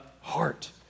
heart